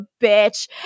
bitch